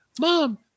Mom